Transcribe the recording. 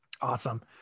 Awesome